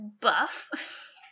buff